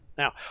Now